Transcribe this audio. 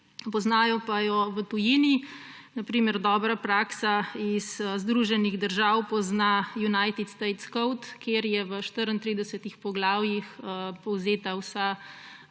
Poznajo pa jo v tujini. Na primer dobra praksa iz Združenih držav pozna United states code, kjer je v 34 poglavjih povzeta vsa